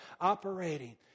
operating